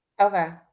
Okay